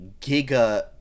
giga